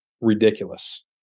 ridiculous